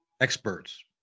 experts